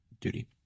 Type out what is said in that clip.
Duty